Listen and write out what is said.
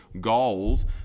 goals